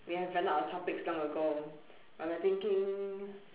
we have run out of topics long ago I'm like thinking